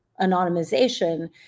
anonymization